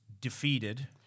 defeated